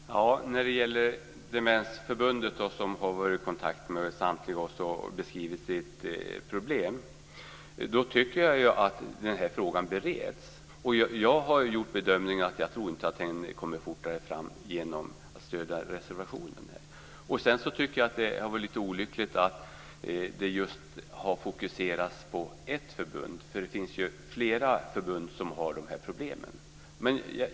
Fru talman! När det gäller Demensförbundet, som har varit i kontakt med samtliga av oss och beskrivit sitt problem, menar jag att den fråga det gäller bereds. Jag har gjort den bedömningen att man inte kommer fram fortare genom att stödja reservationen. Jag tycker vidare att det är lite olyckligt att man här har fokuserat bara på ett förbund. Det finns flera förbund som har sådana här problem.